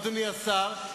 אדוני השר,